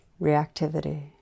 reactivity